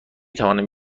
توانم